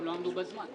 שלא עמדו בזמן.